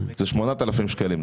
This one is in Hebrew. זה 8,000 שקלים.